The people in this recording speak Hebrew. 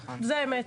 זאת האמת.